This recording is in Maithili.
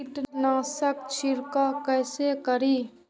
कीट नाशक छीरकाउ केसे करी?